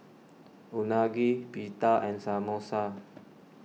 Unagi Pita and Samosa